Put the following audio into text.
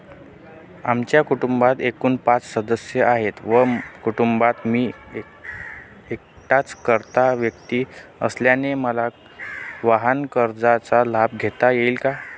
आमच्या कुटुंबात एकूण पाच सदस्य आहेत व कुटुंबात मी एकटाच कर्ता व्यक्ती असल्याने मला वाहनकर्जाचा लाभ घेता येईल का?